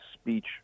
speech